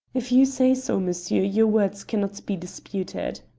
if you say so, monsieur, your words cannot be disputed.